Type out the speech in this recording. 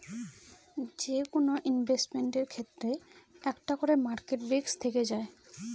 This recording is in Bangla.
যেকোনো ইনভেস্টমেন্টের ক্ষেত্রে একটা করে মার্কেট রিস্ক থেকে যায়